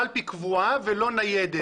קלפי קבועה ולא ניידת.